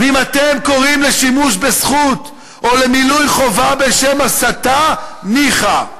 ואם אתם קוראים לשימוש בזכות או למילוי חובה בשם 'הסתה' ניחא.